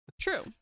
true